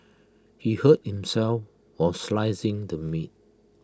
he hurt himself while slicing the meat